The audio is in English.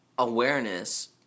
awareness